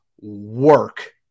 work